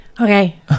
Okay